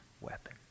weapon